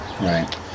Right